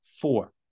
four